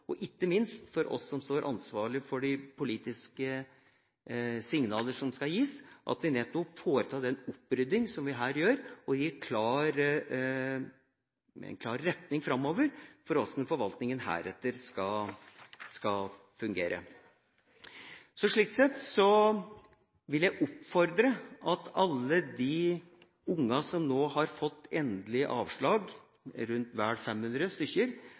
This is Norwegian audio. og ikke minst for oss som står ansvarlige for de politiske signaler som skal gis – at vi nettopp får til den oppryddinga som vi her gjør, og gir en klar retning framover for hvordan forvaltninga heretter skal fungere. Slik sett vil jeg oppfordre alle de ungene som nå har fått endelig avslag – vel 500 stykker